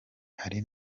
hari